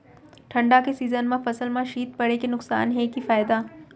ठंडा के सीजन मा फसल मा शीत पड़े के नुकसान हे कि फायदा?